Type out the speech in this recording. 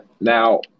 now